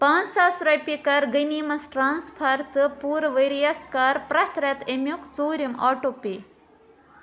پانٛژھ ساس رۄپیہِ کَر غٔنیٖمَس ٹرٛانسفَر تہٕ پوٗرٕ ؤریَس کَر پرٛٮ۪تھ رٮ۪تہٕ اَمیُک ژوٗرِم آٹو پے